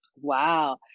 Wow